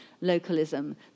localism